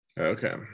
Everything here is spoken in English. Okay